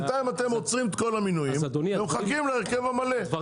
בינתיים אתם עוצרים את כל המינויים ומחכים להרכב המלא.